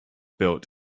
built